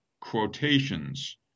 quotations